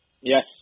Yes